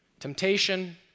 Temptation